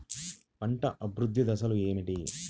పంట అభివృద్ధి దశలు ఏమిటి?